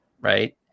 Right